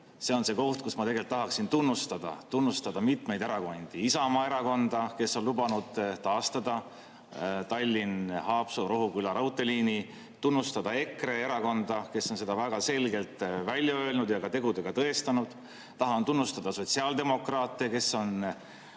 see on see koht, kus ma tegelikult tahaksin hoopis tunnustada mitmeid erakondi. Tahan tunnustada Isamaa Erakonda, kes on lubanud taastada Tallinna–Haapsalu–Rohuküla raudteeliini, tahan tunnustada EKRE-t, kes on seda väga selgelt välja öelnud ja ka tegudega tõestanud. Tahan tunnustada sotsiaaldemokraate, kes on